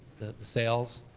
the sales.